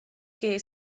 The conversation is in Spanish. que